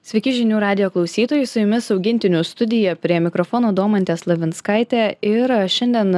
sveiki žinių radijo klausytojai su jumis augintinių studija prie mikrofono domantė slavinskaitė ir šiandien